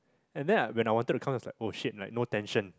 and then I when I wanted to come was like oh shit like no tension